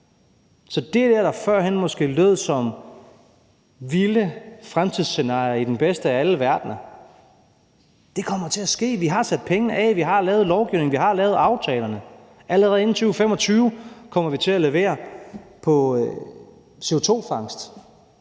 Så det, der førhen måske lød som vilde fremtidsscenarier i den bedste af alle verdener, kommer til at ske. Vi har sat pengene af, vi har lavet lovgivningen, vi har lavet aftalerne. Allerede inden 2025 kommer vi til at levere på CO2-fangst